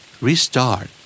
Restart